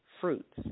fruits